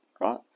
right